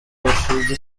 bashinze